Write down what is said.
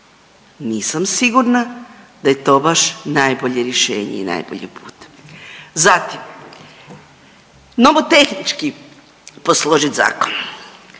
Nisam sigurna da je to baš najbolje rješenje i najbolji put. Zatim nomotehnički posložit zakon,